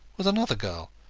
was another girl,